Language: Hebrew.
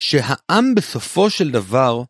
שהעם בסופו של דבר